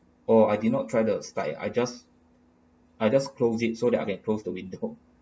oh I did not try the slide ah I just I just close it so that I can close to window